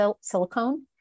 silicone